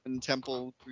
temple